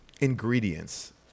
ingredients